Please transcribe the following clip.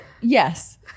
yes